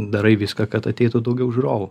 darai viską kad ateitų daugiau žiūrovų